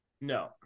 No